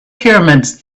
pyramids